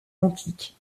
antique